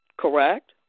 correct